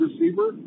receiver